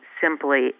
simply